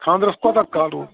خانٛدرس کوتاہ کال روٗد